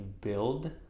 build